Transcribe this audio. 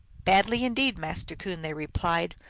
badly indeed, master coon, they replied,